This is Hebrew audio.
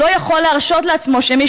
לא יכול להרשות לעצמו שמי,